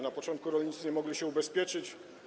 Na początku rolnicy nie mogli się ubezpieczyć.